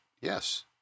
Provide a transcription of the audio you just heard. Yes